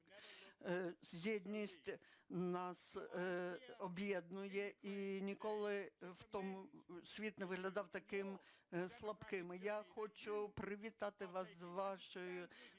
єдність нас об'єднує. І ніколи світ не виглядав таким слабким. Я хочу привітати вас з вашим